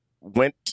went